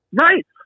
Right